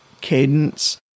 cadence